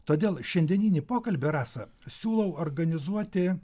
todėl šiandieninį pokalbį rasa siūlau organizuoti